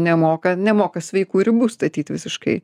nemoka nemoka sveikų ribų statyt visiškai